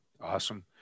Awesome